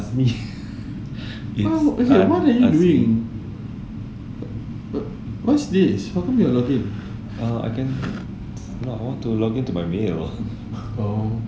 okay what are you doing what's this how come you are logged in oh okay